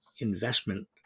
Investment